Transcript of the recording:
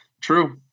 true